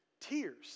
tears